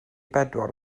bedwar